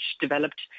developed